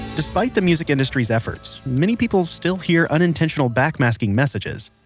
despite the music industry's efforts, many people still hear unintentional backmasking messages.